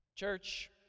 Church